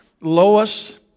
Lois